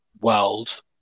world